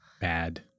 Bad